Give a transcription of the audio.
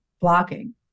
blocking